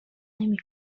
نمی